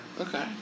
Okay